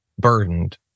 burdened